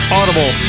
Audible